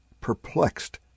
perplexed